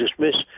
dismiss